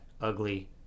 ugly